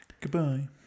Goodbye